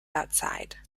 outside